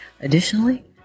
Additionally